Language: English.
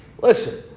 listen